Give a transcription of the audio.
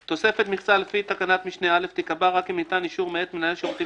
תוספת מכסה לפי תקנת משנה (א) תיקבע רק אם ניתן אישור מאת מנהל השירותים